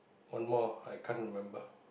one more I can't remember